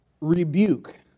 rebuke